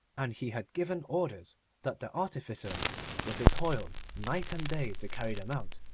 and he had given orders that the artificers were to toil night and day to carry them out,